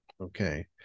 okay